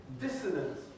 dissonance